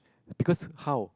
because how